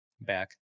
back